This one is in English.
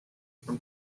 from